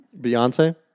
Beyonce